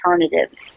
alternatives